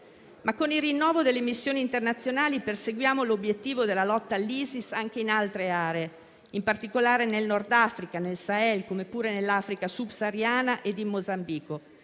Ma con il rinnovo delle missioni internazionali perseguiamo l'obiettivo della lotta all'ISIS anche in altre aree, in particolare nel Nord Africa, nel Sahel, come pure nell'Africa subsahariana ed in Mozambico,